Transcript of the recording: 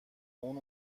اون